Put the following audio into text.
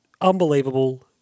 Unbelievable